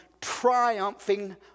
triumphing